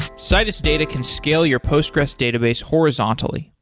citus data can scale your postgressql database horizontally.